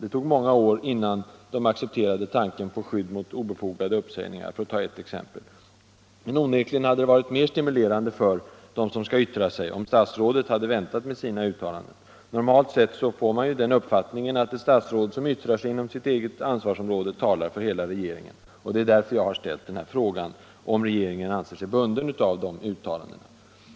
Det tog många år innan de accepterade tanken på skydd mot obefogade uppsägningar, för att ta ett exempel. Men onekligen hade det varit mer stimulerande för dem som skall yttra sig om statsrådet hade väntat med sina uttalanden. Normalt sett får man den uppfattningen att ett statsråd, som uttalar sig inom sitt eget ansvarsområde, talar för hela regeringen. Det är därför jag har ställt den här frågan, om regeringen anser sig bunden av de uttalandena.